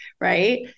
right